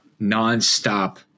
nonstop